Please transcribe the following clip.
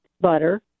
butter